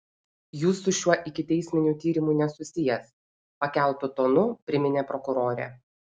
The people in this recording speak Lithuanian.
jūs su šiuo ikiteisminiu tyrimu nesusijęs pakeltu tonu priminė prokurorė